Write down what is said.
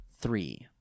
three